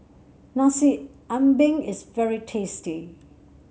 Nasi Ambeng is very tasty